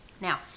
Now